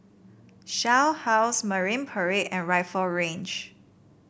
Shell House Marine Parade and Rifle Range